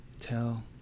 tell